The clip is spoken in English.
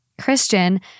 christian